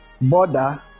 border